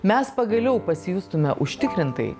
mes pagaliau pasijustume užtikrintai